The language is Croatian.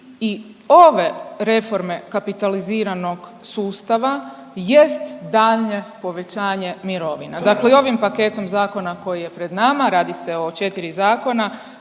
i ove reforme kapitaliziranog sustava jest daljnje povećanje mirovina. Dakle i ovim paketom zakona koji je pred nama, radi se o 4 zakona